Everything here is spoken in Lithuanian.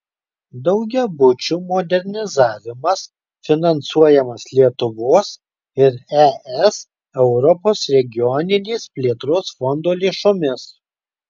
daugiabučių modernizavimas finansuojamas lietuvos ir es europos regioninės plėtros fondo lėšomis